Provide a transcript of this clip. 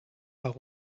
par